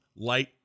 light